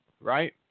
right